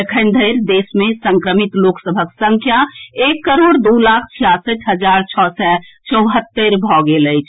एखन धरि देश मे संक्रमित लोक सभक संख्या एक करोड़ दू लाख छियासठि हजार छओ सय चौहत्तरि भऽ गेल अछि